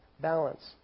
balance